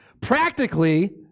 Practically